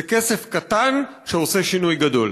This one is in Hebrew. זה כסף קטן שעושה שינוי גדול.